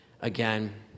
again